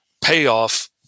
payoff